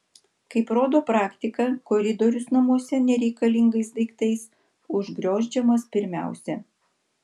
kaip rodo praktika koridorius namuose nereikalingais daiktais užgriozdžiamas pirmiausia